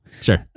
Sure